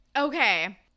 Okay